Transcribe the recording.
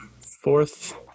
Fourth –